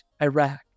Iraq